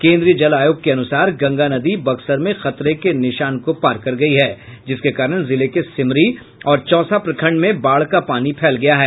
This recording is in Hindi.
केन्द्रीय जल आयोग के अनुसार गंगा नदी बक्सर में खतरे के निशान को पार कर गयी है जिसके कारण जिले के सिमरी और चौसा प्रखंड में बाढ़ का पानी फैल गया है